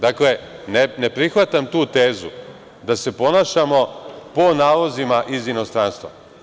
Dakle, ne prihvatam tu tezu da se ponašamo po nalozima iz inostranstva.